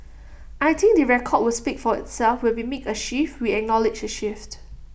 I think the record will speak for itself when we make A shift we acknowledge A shift